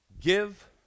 give